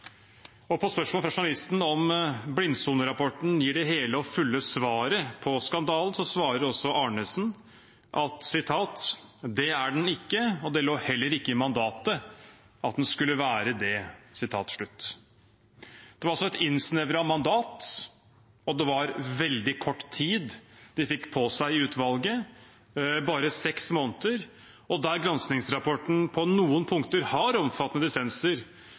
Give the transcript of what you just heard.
Og på spørsmål fra journalisten om Blindsone-rapporten gir det hele og fulle svaret på skandalen, svarer altså Arnesen at «det er den ikke, og det lå heller ikke i mandatet at den skulle være det». Det var altså et innsnevret mandat, og det var veldig kort tid de fikk på seg i utvalget, bare seks måneder. Og der granskingsrapporten på noen punkter har omfattende dissenser,